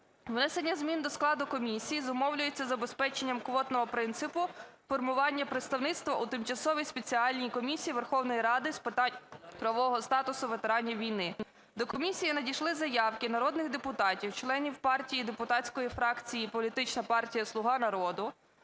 Внесення змін до складу комісії зумовлюється забезпеченням квотного принципу формування представництва у Тимчасовій спеціальній комісії Верховної Ради з питань правового статусу ветеранів війни. До комісії надійшли заявки народних депутатів - членів партії депутатської фракції політична партія "Слуга народу"